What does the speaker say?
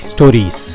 Stories